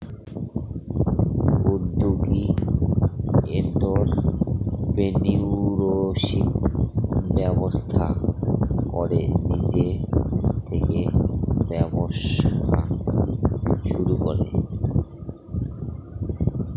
উদ্যোগী এন্ট্ররপ্রেনিউরশিপ ব্যবস্থা করে নিজে থেকে ব্যবসা শুরু করে